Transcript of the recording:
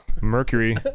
Mercury